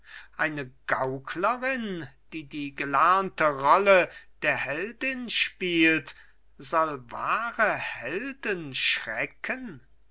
eine gauklerin die die gelernte rolle der heldin spielt soll wahre helden schrecken